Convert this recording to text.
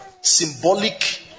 symbolic